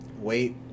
wait